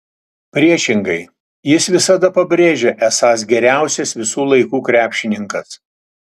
priešingai jis visada pabrėžia esąs geriausias visų laikų krepšininkas